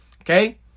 Okay